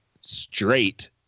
straight